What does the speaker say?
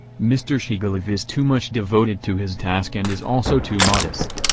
mr. shigalov is too much devoted to his task and is also too modest.